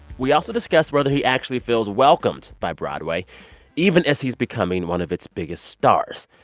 we also discuss whether he actually feels welcomed by broadway even as he's becoming one of its biggest stars.